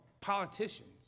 politicians